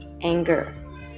anger